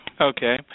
Okay